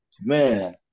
man